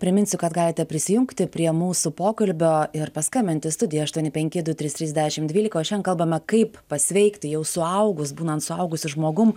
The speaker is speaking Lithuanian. priminsiu kad galite prisijungti prie mūsų pokalbio ir paskambint į studiją aštuoni penki du trys trys dešim dvylika o šian kalbame kaip pasveikti jau suaugus būnant suaugusiu žmogum